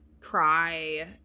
cry